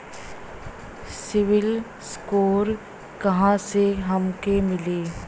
CIBIL score कहाँसे हमके मिली?